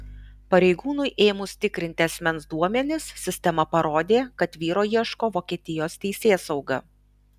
pareigūnui ėmus tikrinti asmens duomenis sistema parodė kad vyro ieško vokietijos teisėsauga